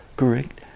correct